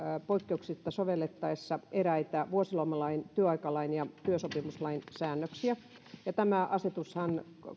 poikkeuksista sovellettaessa eräitä vuosilomalain työaikalain ja työsopimuslain säännöksiä tätä asetushan